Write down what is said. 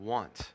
Want